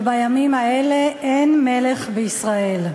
ובימים האלה אין מלך בישראל.